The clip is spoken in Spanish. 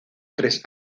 tres